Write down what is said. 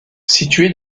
situé